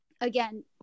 Again